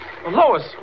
Lois